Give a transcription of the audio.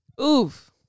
oof